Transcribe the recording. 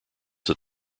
that